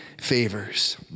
favors